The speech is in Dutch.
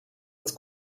dat